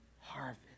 harvest